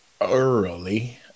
early